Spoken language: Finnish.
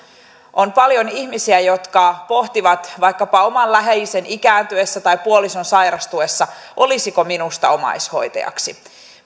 on paljon ihmisiä jotka pohtivat vaikkapa oman läheisen ikääntyessä tai puolison sairastuessa olisiko minusta omaishoitajaksi